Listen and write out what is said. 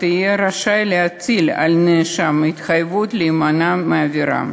יהיה רשאי להטיל על נאשם התחייבות להימנע מעבירה,